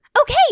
Okay